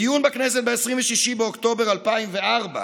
בדיון בכנסת ב-26 באוקטובר 2004,